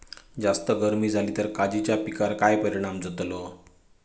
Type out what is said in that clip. जास्त गर्मी जाली तर काजीच्या पीकार काय परिणाम जतालो?